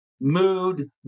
mood